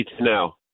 now